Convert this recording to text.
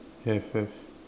have have